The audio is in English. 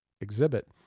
exhibit